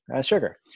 sugar